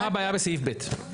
מה הבעיה בסעיף (ב),